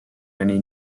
many